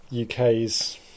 UK's